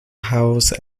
house